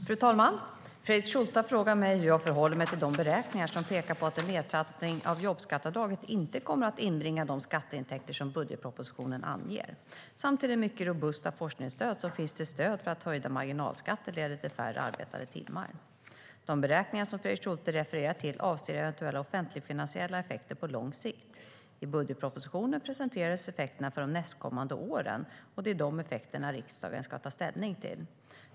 Fru talman! Fredrik Schulte har frågat mig hur jag förhåller mig till de beräkningar som pekar på att en nedtrappning av jobbskatteavdraget inte kommer att inbringa de skatteintäkter som budgetpropositionen anger samt till det mycket robusta forskningsstöd som finns till stöd för att höjda marginalskatter leder till färre arbetade timmar. Svar på interpellationer De beräkningar som Fredrik Schulte refererar till avser eventuella offentligfinansiella effekter på lång sikt. I budgetpropositionen presenteras effekterna för de nästkommande åren, och det är de effekterna riksdagen ska ta ställning till.